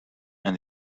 and